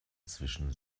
zwischen